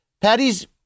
Patty's